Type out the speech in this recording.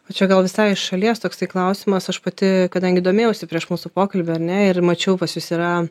o čia gal visai iš šalies toksai klausimas aš pati kadangi domėjausi prieš mūsų pokalbį ar ne ir mačiau pas jus yra